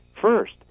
first